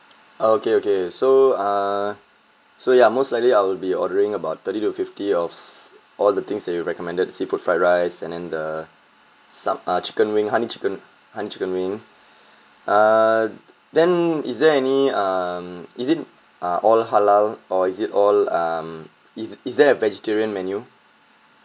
okay okay so uh so ya most likely I'll be ordering about thirty to fifty of all the things that you recommended seafood fried rice and then the sam~ uh chicken wing honey chicken honey chicken wing uh then is there any um is it uh all halal or is it all um is is there a vegetarian menu